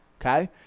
okay